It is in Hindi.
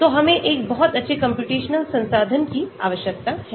तो हमें एक बहुत अच्छे कम्प्यूटेशनल संसाधन की आवश्यकता है